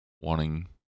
wanting